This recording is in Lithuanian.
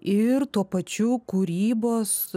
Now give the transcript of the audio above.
ir tuo pačiu kūrybos